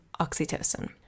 oxytocin